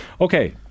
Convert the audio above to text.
Okay